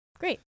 Great